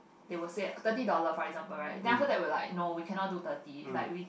they will say thirty dollar for example right then after that we were like no we cannot take thirty is like we